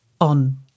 on